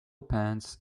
pants